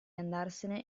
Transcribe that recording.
andarsene